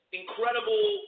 incredible